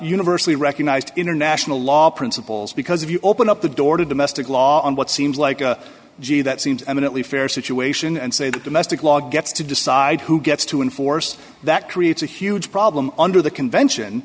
universally recognized international law principles because if you open up the door to domestic law and what seems like a g that seems eminently fair situation and say that domestic law gets to decide who gets to enforce that creates a huge problem under the convention